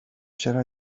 چرا